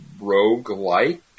roguelike